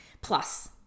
plus